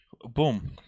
Boom